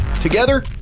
Together